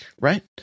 right